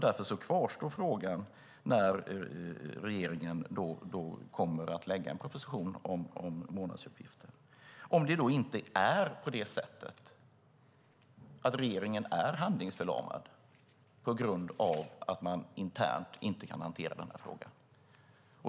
Därför kvarstår frågan när regeringen kommer att lägga fram en proposition om månadsuppgifter. Men det kanske är på det sättet att regeringen är handlingsförlamad på grund av att man internt inte kan hantera denna fråga.